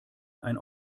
ein